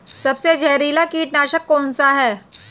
सबसे जहरीला कीटनाशक कौन सा है?